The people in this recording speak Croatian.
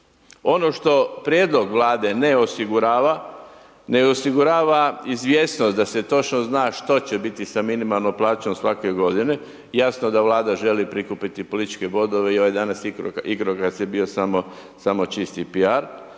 Ono što prijedlog Vlade ne osigurava, ne osigurava izvjesnost da se točno zna što će biti sa minimalnom plaćom svake godine, jasno da Vlada želi prikupiti političke bodove i ovaj danas igrokaz je bio samo čisti